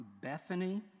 Bethany